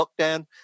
lockdown